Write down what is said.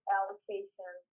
Allocation